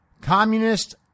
Communist